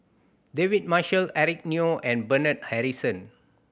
David Marshall Eric Neo and Bernard Harrison